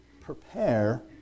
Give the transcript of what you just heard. prepare